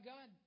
God